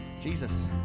jesus